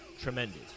tremendous